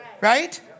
right